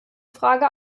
frage